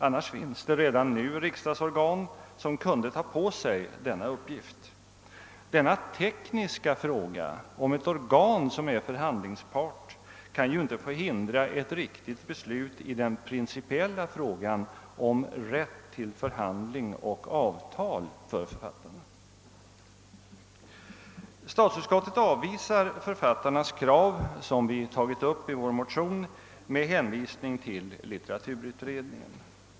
Annars finns det redan nu riksdagsorgan som kunde ta på sig denna uppgift. Den tekniska frågan om ett organ som är förhandlingspart kan inte få hindra ett riktigt beslut i den principiella frågan om rätt till förhandling och avtal för författarna. Statsutskottet avvisar med hänvisning till litteraturutredningen författarnas krav som vi tagit upp i vår motion.